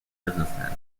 businessman